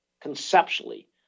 conceptually